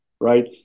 right